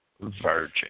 virgin